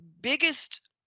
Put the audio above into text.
biggest